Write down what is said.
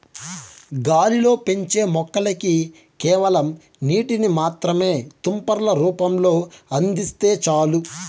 గాలిలో పెంచే మొక్కలకి కేవలం నీటిని మాత్రమే తుంపర్ల రూపంలో అందిస్తే చాలు